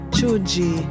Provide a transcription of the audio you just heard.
Chuji